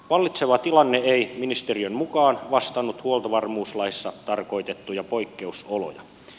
vallitseva tilanne ei ministeriön mukaan vastannut huoltovarmuuslaissa tarkoitettuja poikkeusoloja